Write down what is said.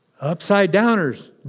Upside-downers